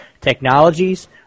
technologies